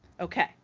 Okay